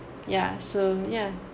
ya so ya